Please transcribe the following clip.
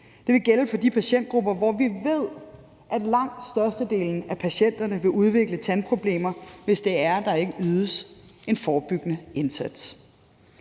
Det vil gælde for de patientgrupper, hvor vi ved, at langt størstedelen af patienterne vil udvikle tandproblemer, hvis der ikke ydes en forebyggende indsats.